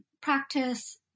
practice